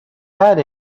had